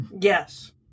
Yes